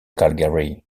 calgary